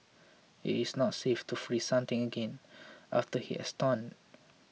it is not safe to freeze something again after it has thawed